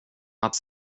att